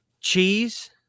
cheese